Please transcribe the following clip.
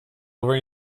over